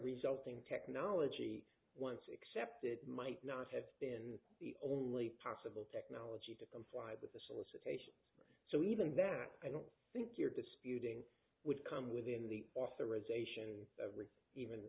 resulting technology once accepted might not have been the only possible technique to comply with the solicitation so even that i don't think you're disputing would come within the authorization